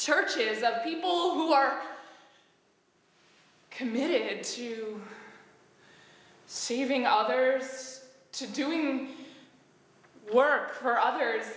churches of people who are committed to saving others to doing work for others